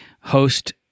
host